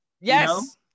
Yes